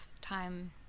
time